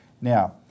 Now